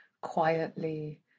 quietly